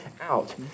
out